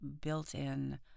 built-in